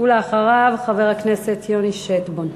ואחריו, חבר הכנסת יוני שטבון.